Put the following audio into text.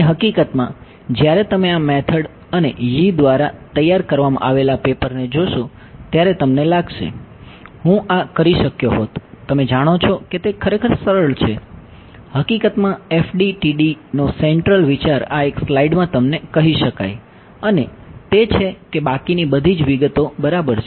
અને હકીકતમાં જ્યારે તમે આ મેથડ અને Yee દ્વારા તૈયાર કરવામાં આવેલા પેપર આ એક સ્લાઇડમાં તમને કહી શકાય અને તે છે કે બાકીની બધી જ વિગતો બરાબર છે